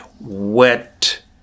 wet